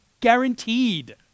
guaranteed